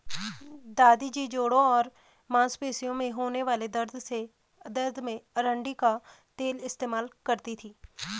दादी जी जोड़ों और मांसपेशियों में होने वाले दर्द में अरंडी का तेल इस्तेमाल करती थीं